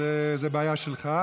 זו בעיה שלך.